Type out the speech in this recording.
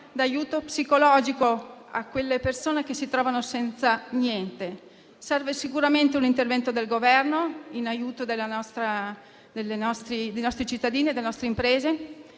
da aiuto psicologico a quelle persone, che si trovano senza niente. Serve sicuramente un intervento del Governo, in aiuto dei nostri cittadini e delle nostre imprese.